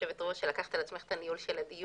היושבת-ראש שלקחת על עצמך את הניהול של הדיון.